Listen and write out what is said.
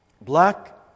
black